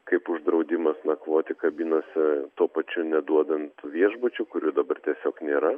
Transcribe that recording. kaip uždraudimas nakvoti kabinose tuo pačiu neduodant viešbučių kurių dabar tiesiog nėra